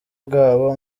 bwabo